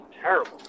terrible